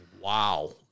Wow